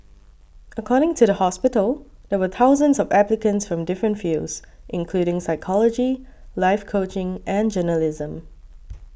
according to the hospital there were thousands of applicants from different fields including psychology life coaching and journalism